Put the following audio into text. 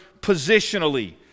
positionally